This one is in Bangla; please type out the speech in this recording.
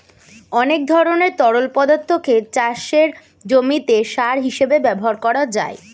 অনেক ধরনের তরল পদার্থকে চাষের জমিতে সার হিসেবে ব্যবহার করা যায়